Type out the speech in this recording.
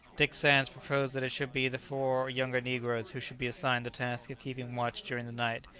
dick sands proposed that it should be the four younger negroes who should be assigned the task of keeping watch during the night,